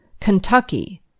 Kentucky